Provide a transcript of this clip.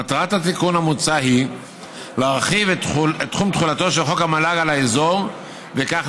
מטרת התיקון המוצע היא להרחיב את תחום תחולתו של חוק המל"ג על האזור וכך